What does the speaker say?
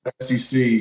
SEC